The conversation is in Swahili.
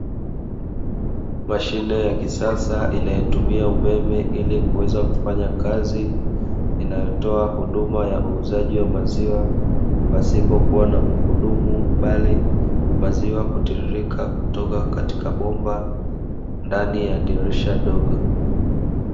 Mashine ya kisasa inayotumia umeme ili kuweza kufanya kazi, inayotoa huduma ya uuzaji wa maziwa, pasipo kuwa na mhudumu, bali maziwa hutiririka kutoka katika bomba, ndani ya dirisha dogo.